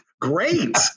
Great